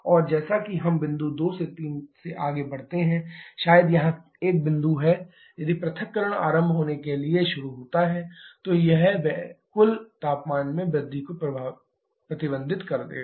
और जैसा कि हम बिंदु 2 3 से आगे बढ़ते हैं शायद यहाँ एक बिंदु है यदि पृथक्करण आरंभ होने के लिए शुरू होता है तो यह कुल तापमान में वृद्धि को प्रतिबंधित करेगा